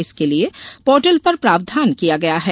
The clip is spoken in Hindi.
इसके लिये पोर्टल पर प्रावधान किया गया है